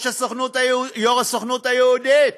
יו"ר הסוכנות היהודית,